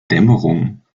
dämmerung